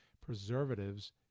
preservatives